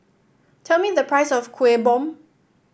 tell me the price of Kuih Bom